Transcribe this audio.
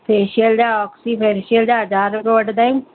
facial जा oxy facial जा हज़ार रुपियो वठंदा आहियूं